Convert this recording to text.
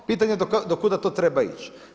Pitanje do kuda to treba ići?